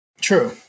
True